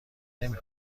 نمی